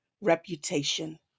reputation